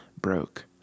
broke